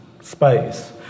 space